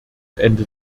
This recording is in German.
ende